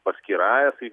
paskyra tai